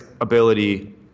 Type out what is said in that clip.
ability